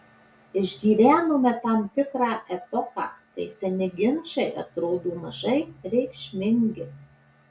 išgyvenome tam tikrą epochą kai seni ginčai atrodo mažai reikšmingi